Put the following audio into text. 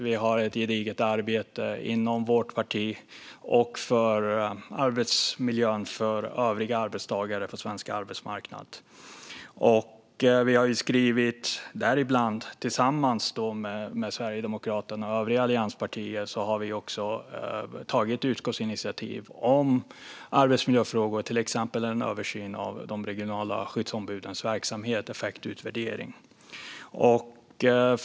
Vi har ett gediget arbete inom vårt parti och för arbetsmiljön för övriga arbetstagare på svensk arbetsmarknad. Tillsammans med Sverigedemokraterna och övriga allianspartier har vi tagit utskottsinitiativ gällande arbetsmiljöfrågor; det har till exempel handlat om en översyn av de regionala skyddsombudens verksamhet och en effektutvärdering.